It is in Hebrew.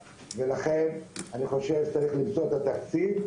100 ₪ ולכן אני חושב שצריך למצוא את התקציב,